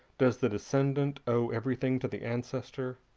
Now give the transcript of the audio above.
does the descendant owe everything to the ancestor,